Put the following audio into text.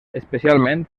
especialment